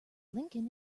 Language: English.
lincoln